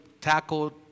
tackle